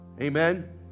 Amen